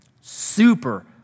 Super